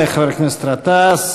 תודה לחבר הכנסת גטאס.